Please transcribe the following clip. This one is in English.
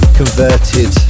converted